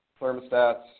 thermostats